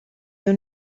you